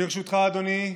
ברשותך, אדוני,